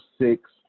six